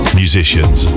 musicians